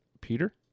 peter